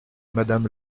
madame